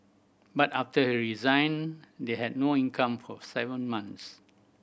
but after he resigned they had no income for seven months